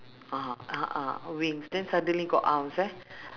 (uh huh) a'ah wings then suddenly got arms eh